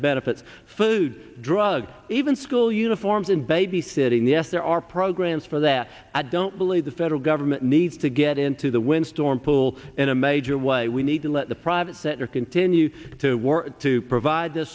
benefits food drugs even school uniforms and babysitting yes there are programs for that i don't believe the federal government needs to get into the windstorm pool in a major way we need to let the private sector continue to work to provide